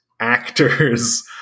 actors